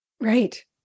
Right